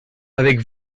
avec